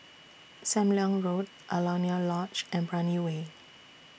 SAM Leong Road Alaunia Lodge and Brani Way